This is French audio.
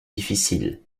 difficile